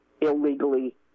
illegally